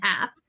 app